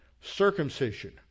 circumcision